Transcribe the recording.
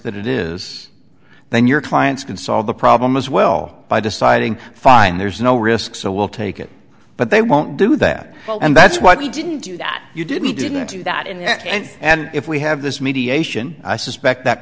that it is then your clients can solve the problem as well by deciding fine there's no risk so we'll take it but they won't do that and that's what we didn't do that you did we didn't do that in the end and if we have this mediation i suspect that